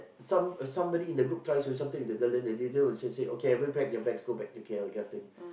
some uh somebody in the group try to do something to the girl then the leader will just say okay everybody pack their bags go back to K_L that kind of thing